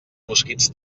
mosquits